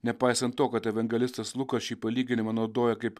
nepaisant to kad evangelistas lukas šį palyginimą naudoja kaip